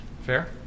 Fair